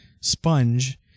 sponge